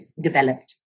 developed